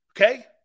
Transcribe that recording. Okay